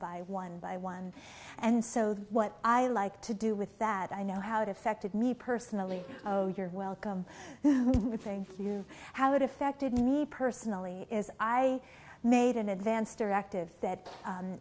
by one by one and so what i like to do with that i know how it affected me personally you're welcome thank you how it affected me personally as i made an advance directive